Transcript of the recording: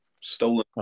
stolen